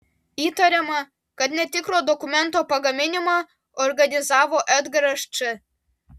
įtariama kad netikro dokumento pagaminimą organizavo edgaras č